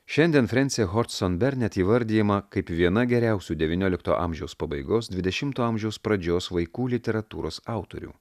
šiandien frensė hodson bernet įvardijama kaip viena geriausių devyniolikto amžiaus pabaigos dvidešimto amžiaus pradžios vaikų literatūros autorių